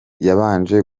yabanje